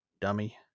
dummy